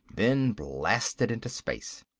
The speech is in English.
then blasted into space.